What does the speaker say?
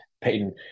Peyton